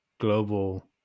global